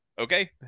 okay